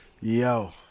Yo